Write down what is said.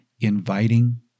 inviting